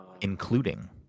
including